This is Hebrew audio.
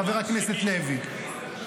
חבר הכנסת לוי.